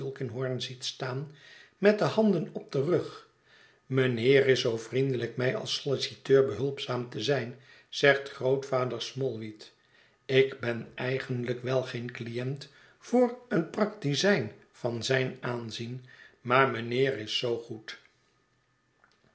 ziet staan met de handen op den rug mijnheer is zoo vriendelijk mij als solliciteur behulpzaam te zijn zegt grootvader smallweed ik ben eigenlijk wel geen cliënt voor een praktizijn van zijn aanzien maar mijnheer is zoo goed